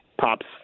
pops